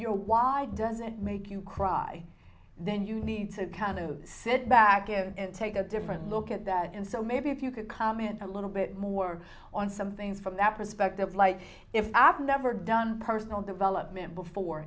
know why doesn't make you cry then you need to kind of sit back and take a different look at that and so maybe if you could comment a little bit more on some things from that perspective like if apple never done personal development before